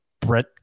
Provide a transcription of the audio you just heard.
Brett